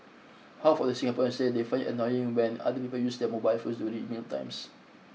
half of Singaporeans say they find it annoying when other people use their mobile phones during mealtimes